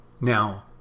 Now